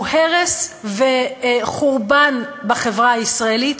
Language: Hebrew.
הוא הרס וחורבן בחברה הישראלית,